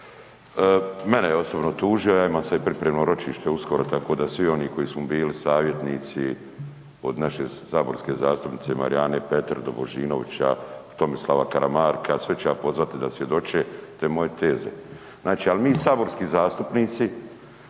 mene je osobno tužio ja imam sad pripremno ročište uskoro tako da svi oni koji su mu bili savjetnici od naše saborske zastupnice Marijane Petir do Božinovića, Tomislava Karamarka sve ću ja pozvati da svjedoče te moje teze. Znači, ali mi saborski zastupnici,